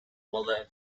while